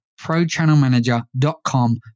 ProChannelManager.com